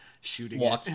shooting